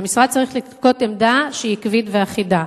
והמשרד צריך לנקוט עמדה שהיא עקבית ואחידה: